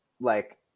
like-